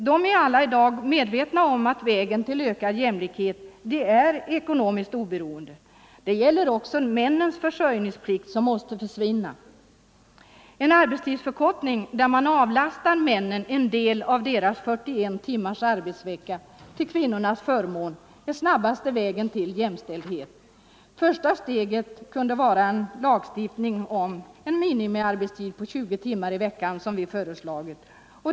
De är alla i dag medvetna om att vägen till ökad jämlikhet är ekonomiskt oberoende. Det gäller också männens försörjningsplikt, som måste försvinna. En arbetstidsförkortning där man avlastar männen en del av deras 41 timmars arbetsvecka till kvinnornas förmån är snabbaste vägen till jämställdhet. Första steget kunde vara lagstiftning om en minimiarbetstid på 20 timmar i veckan, som vi föreslagit.